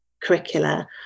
curricula